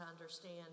understand